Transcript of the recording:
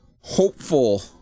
hopeful